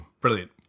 Brilliant